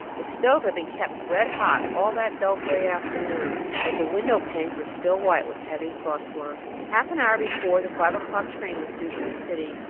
the stove had been kept red-hot all that dull gray afternoon, but the window-panes were still white with heavy frost-work. half an hour before the five o'clock train was due from the city,